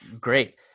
great